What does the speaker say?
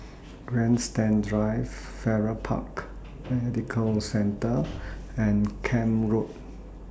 Grandstand Drive Farrer Park Medical Centre and Camp Road